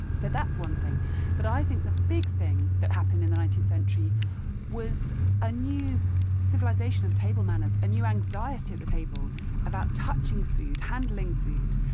so that's one thing but i think the big thing that happened in the nineteenth century was a new civilization of table manners a new anxiety at the table about touching food, handling food.